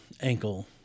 ankle